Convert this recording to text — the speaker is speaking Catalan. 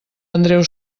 andreu